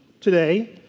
today